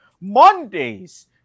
mondays